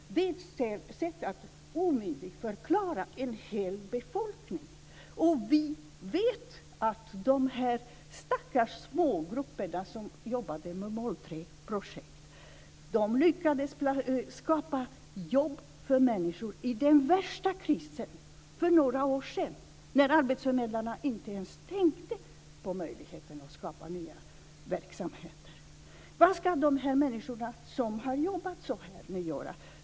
Det är ett sätt att omyndigförklara en hel befolkning. Vi vet att de små stackars grupper som jobbade med mål 3-projekt lyckades skapa jobb åt människor i den värsta krisen för några år sedan när arbetsförmedlarna inte ens tänkte på möjligheten att skapa nya verksamheter. Vad ska de här människorna som har jobbat så här nu göra?